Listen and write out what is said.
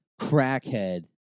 crackhead